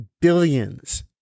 billions